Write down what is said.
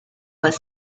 was